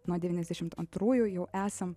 nuo devyniasdešimt antrųjų jau esam